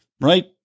right